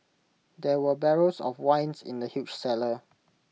there were barrels of wines in the huge cellar